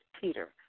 Peter